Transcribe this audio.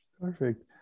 Perfect